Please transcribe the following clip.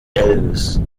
elvis